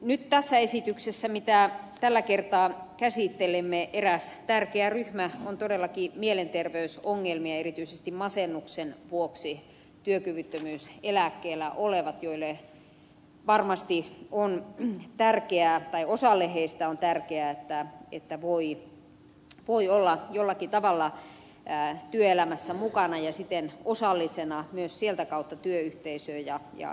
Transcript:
nyt tässä esityksessä jota tällä kertaa käsittelemme eräs tärkeä ryhmä on todellakin mielenterveysongelmien ja erityisesti masennuksen vuoksi työkyvyttömyyseläkkeellä olevat joista osalle varmasti on niin tärkeä osa lehdistä on tärkeää että voi olla jollakin tavalla työelämässä mukana ja siten osallisena myös sieltä kautta työyhteisöön ja yhteiskuntaan